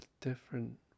different